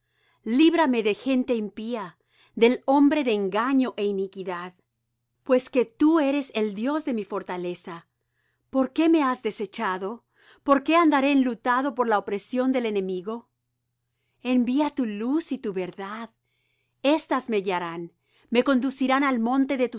líbrame de gente impía del hombre de engaño é iniquidad pues que tú eres el dios de mi fortaleza por qué me has desechado por qué andaré enlutado por la opresión del enemigo envía tu luz y tu verdad éstas me guiarán me conducirán al monte de